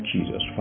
Jesus